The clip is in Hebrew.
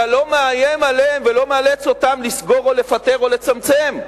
אתה לא מאיים עליהם ולא מאלץ אותם לסגור או לפטר או לצמצם.